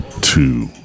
two